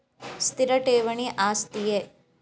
ಸ್ಥಿರ ಠೇವಣಿ ಆಸ್ತಿಯೇ?